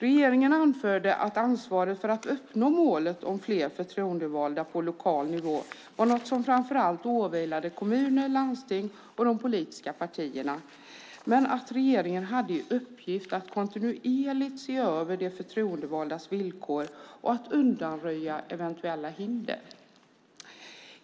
Regeringen anförde att ansvaret för att uppnå målet om fler förtroendevalda på lokal nivå var något som framför allt åvilade kommuner, landsting och de politiska partierna. Regeringen hade i uppgift att kontinuerligt se över de förtroendevaldas villkor och att undanröja eventuella hinder.